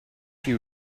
you